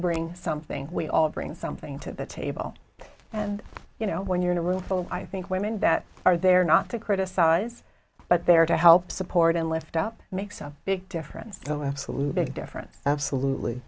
bring something we all bring something to the table and you know when you're in a room full i think women that are there not to criticize but there to help support and lift up makes a big difference oh absolutely a difference absolutely